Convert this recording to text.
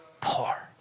poor